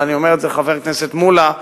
ואני אומר את זה לחבר הכנסת מולה,